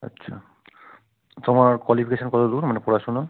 আচ্ছা তোমার কোয়ালিফিকেশন কতদূর মানে পড়াশুনো